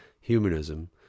humanism